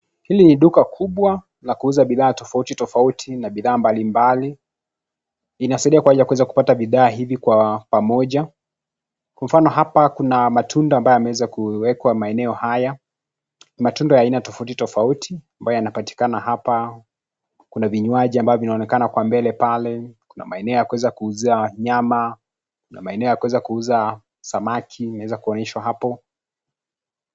Hili ni duka kubwa la kuuza bidhaa tofauti tofauti na bidhaa mbalimbali, linasaidia kwa ajili ya kuweza kupata bidhaa hizi kwa pamoja, Kwa mfano, hapa kuna matunda ambayo yameweza kuwekwa maeneo haya. Matunda ya aina tofauti tofauti ambayo yanapatikana hapa. Kuna vinywaji ambavyo vinaonekana kwa mbele pale, kuna maeneo ya kuweza kuuza nyama na maeneo ya kuweza kuuza samaki, mnaweza kuonyeshwa hapo.